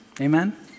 Amen